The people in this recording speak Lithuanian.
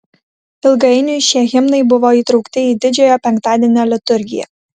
ilgainiui šie himnai buvo įtraukti į didžiojo penktadienio liturgiją